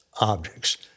objects